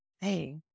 Hey